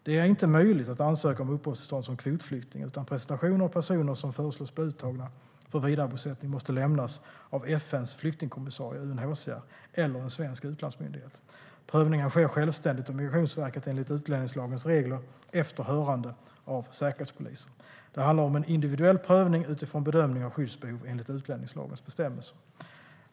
Det är inte möjligt att ansöka om uppehållstillstånd som kvotflykting, utan presentation av personer som föreslås bli uttagna för vidarebosättning måste lämnas av FN:s flyktingkommissarie, UNHCR, eller en svensk utlandsmyndighet. Prövningen sker självständigt av Migrationsverket enligt utlänningslagens regler efter hörande av Säkerhetspolisen. Det handlar om en individuell prövning utifrån bedömning av skyddsbehov enligt utlänningslagens bestämmelser.